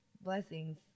Blessings